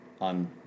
on